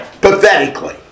pathetically